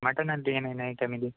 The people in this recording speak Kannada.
ಮಟನಲ್ಲಿ ಏನೇನು ಐಟಮ್ ಇದೆ